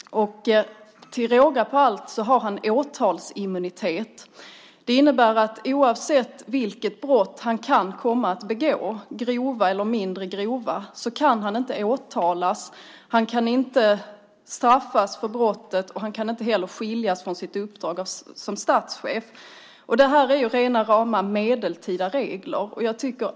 Till råga på allt har han åtalsimmunitet. Det innebär att vilka brott han än kan komma att begå, grova eller mindre grova brott, så kan han inte åtalas, han kan inte straffas för brottet, och han kan inte heller skiljas från sitt uppdrag som statschef. Det här är ju rent medeltida regler.